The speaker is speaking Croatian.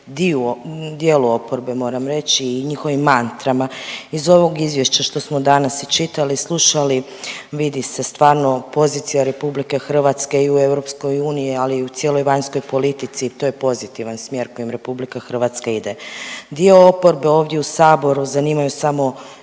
dijelu oporbe, moram reći i njihovim mantrama. Iz ovog izvješća što smo danas i čitali i slušali vidi se stvarno pozicija RH i u EU, ali i u cijeloj vanjskoj politici i to je pozivan smjer u kojem RH ide. Dio oporbe ovdje u Saboru zanimaju samo